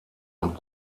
und